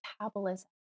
metabolism